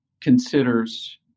Considers